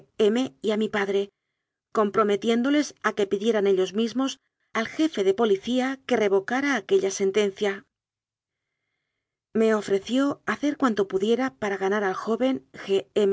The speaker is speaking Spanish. a mi padre comprometiéndoles a que pidieran ellos mismos al jefe de policía que re vocara la sentencia me ofreció hacer cuanto pu diera para ganar al joven